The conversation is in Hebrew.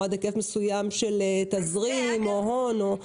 או עד היקף מסוים של תזרים או הון.